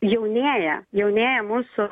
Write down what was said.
jaunėja jaunėja mūsų